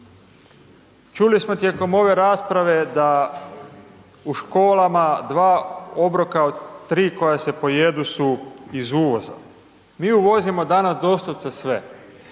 Čuli smo tijekom ove rasprave da u školama dva obroka od tri koja se pojedu su iz uvoza. Mi uvozimo danas doslovce sve,